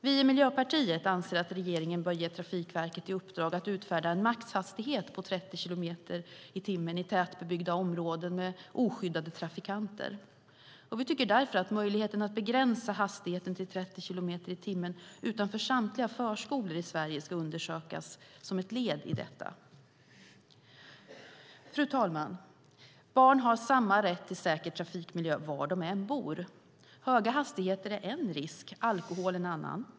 Vi i Miljöpartiet anser att regeringen bör ge Trafikverket i uppdrag att utfärda en maxhastighet på 30 kilometer i timmen i tätbebyggda områden med oskyddade trafikanter. Som ett led i detta tycker vi därför att möjligheten att begränsa hastigheten till 30 kilometer i timmen utanför samtliga förskolor i Sverige ska undersökas. Fru talman! Barn har samma rätt till säker trafikmiljö var de än bor. Höga hastigheter är en risk, alkohol en annan.